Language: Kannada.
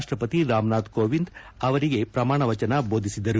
ರಾಷ್ಲಪತಿ ರಾಮನಾಥ ಕೋವಿಂದ್ ಅವರಿಗೆ ಪ್ರಮಾಣವಚನ ಬೋಧಿಸಿದರು